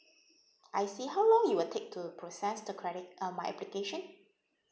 I see how long it will take to process the credit uh my application